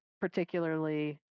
particularly